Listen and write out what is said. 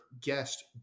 guest